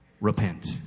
repent